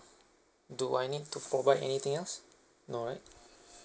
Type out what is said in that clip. do I need to provide anything else no right